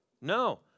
No